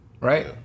right